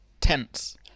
tense